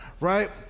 Right